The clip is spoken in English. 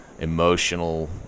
emotional